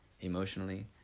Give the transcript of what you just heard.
emotionally